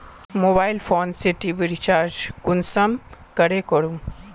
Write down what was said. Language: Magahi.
मोबाईल फोन से टी.वी रिचार्ज कुंसम करे करूम?